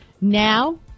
now